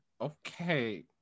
Okay